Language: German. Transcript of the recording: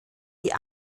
die